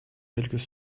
quelques